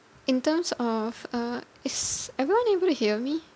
in terms of uh is everyone able to hear me